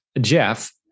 Jeff